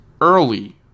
early